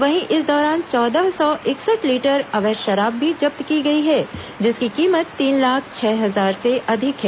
वहीं इस दौरान चौदह सौ इकसठ लीटर अवैध शराब भी जब्त की गई है जिसकी कीमत तीन लाख छह हजार से अधिक है